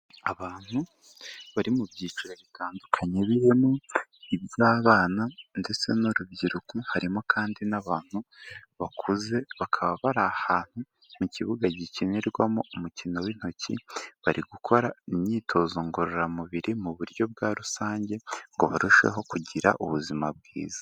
Abantu bari mu byiciro bitandukanye birimo iby'abana ndetse n'urubyiruko, harimo kandi n'abantu bakuze, bakaba bari ahantu mu kibuga gikinirwamo umukino w'intoki, bari gukora imyitozo ngororamubiri mu buryo bwa rusange ngo barusheho kugira ubuzima bwiza.